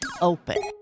open